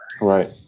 Right